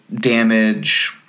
Damage